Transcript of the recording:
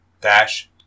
Dash